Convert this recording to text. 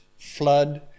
flood